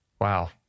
Wow